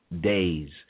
days